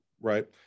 right